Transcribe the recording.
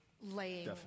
laying